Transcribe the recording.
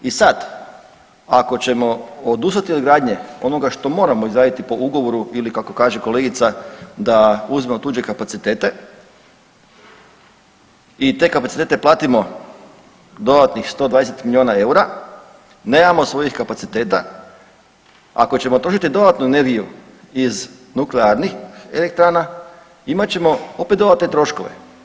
I sada, ako ćemo odustati od gradnje onoga što moramo izgraditi po ugovoru ili kako kaže kolegica da uzmemo tuđe kapacitete i te kapacitete platimo dodatnih 120 miliona EUR-a nemamo svojih kapaciteta, ako ćemo trošiti dodatnu energiju iz nuklearnih elektrana imat ćemo opet dodatne troškove.